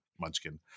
munchkin